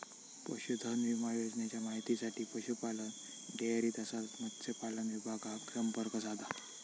पशुधन विमा योजनेच्या माहितीसाठी पशुपालन, डेअरी तसाच मत्स्यपालन विभागाक संपर्क साधा